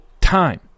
time